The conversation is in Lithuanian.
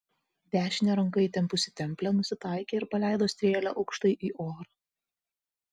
dešine ranka įtempusi templę nusitaikė ir paleido strėlę aukštai į orą